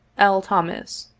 l. thomas,